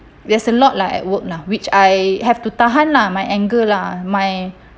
there's a lot like at work lah which I have to tahan lah my anger lah my